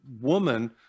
woman